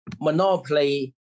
monopoly